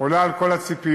עולה על כל הציפיות.